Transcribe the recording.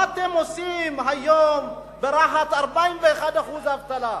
מה אתם עושים היום ברהט, כשיש שם 41% אבטלה?